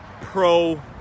pro